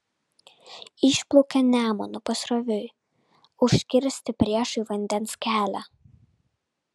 išplaukė nemunu pasroviui užkirsti priešui vandens kelią